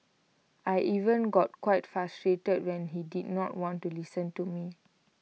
I even got quite frustrated when he did not want to listen to me